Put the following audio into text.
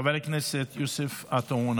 חבר הכנסת יוסף עטאונה,